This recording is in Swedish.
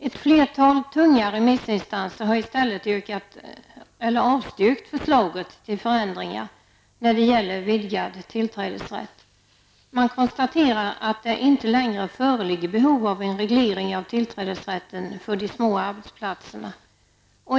Ett flertal tunga remissinstanser har i stället avstyrkt förslaget till förändringar när det gäller vidgad tillträdesrätt. Man konstaterar att det inte längre föreligger behov av en reglering av tillträdesrätten för de små arbetsplatserna.